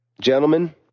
gentlemen